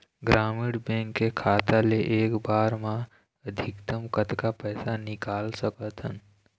ग्रामीण बैंक के खाता ले एक बार मा अधिकतम कतक पैसा निकाल सकथन?